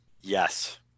Yes